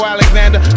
Alexander